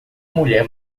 mulher